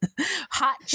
hot